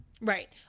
Right